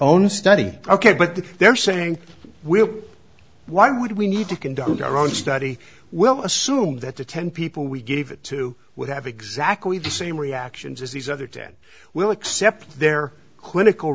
own study ok but they're saying we'll why would we need to conduct our own study we'll assume that the ten people we gave it to would have exactly the same reactions as these other ten will accept their clinical